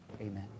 Amen